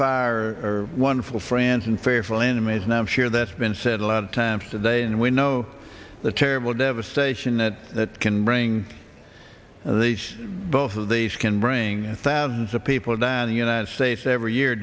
far wonderful friends and fearful enemies and i'm sure that's been said a lot of times today and we know the terrible devastation that that can bring these both of these can bring thousands of people die in the united states every year